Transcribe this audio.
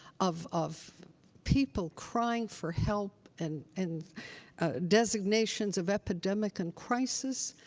of of people crying for help and and designations of epidemic and crisis,